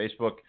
Facebook